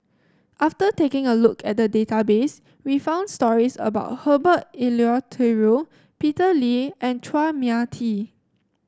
after taking a look at the database we found stories about Herbert Eleuterio Peter Lee and Chua Mia Tee